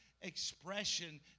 Expression